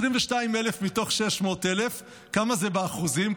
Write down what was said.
22,000 מתוך 600,000, כמה זה באחוזים?